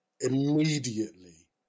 Immediately